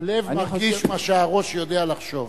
הלב מרגיש מה שהראש יודע לחשוב.